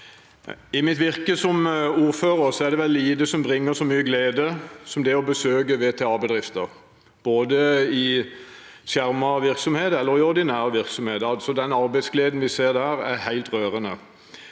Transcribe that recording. I mitt virke som ordfører er det lite som bringer så mye glede som det å besøke VTA-bedrifter, både i skjermet virksomhet og i ordinær virksomhet. Den arbeidsgleden man ser der, er helt rørende.